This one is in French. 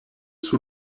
sous